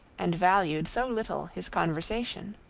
and valued so little his conversation.